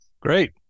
Great